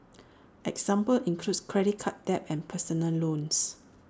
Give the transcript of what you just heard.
examples include credit card debt and personal loans